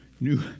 new